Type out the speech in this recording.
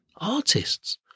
artists